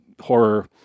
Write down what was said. horror